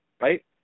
right